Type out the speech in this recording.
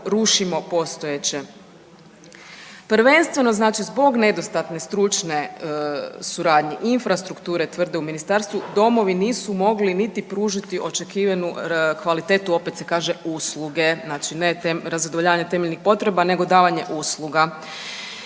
rušimo postojeće. Prvenstveno znači zbog nedostatne stručne suradnje i infrastrukture tvrde u ministarstvu domovi nisu mogli niti pružiti očekivanu kvalitetu, opet se kaže, usluge, znači ne .../nerazumljivo/... zadovoljavanje temeljnih potreba nego davanje usluga.